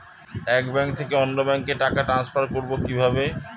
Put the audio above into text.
এক ব্যাংক থেকে অন্য ব্যাংকে টাকা ট্রান্সফার করবো কিভাবে?